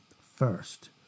First